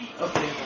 Okay